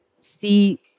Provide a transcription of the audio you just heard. see